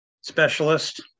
specialist